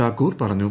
താക്കൂർ പറഞ്ഞു